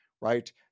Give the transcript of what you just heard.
right